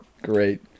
great